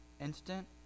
Instant